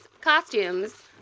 costumes